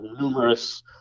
numerous